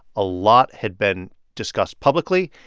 a lot had been discussed publicly.